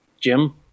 jim